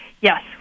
Yes